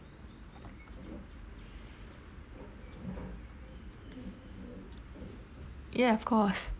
ya of course